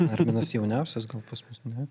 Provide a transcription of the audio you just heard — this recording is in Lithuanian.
arminas jauniausias gal pas mus ne